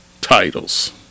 titles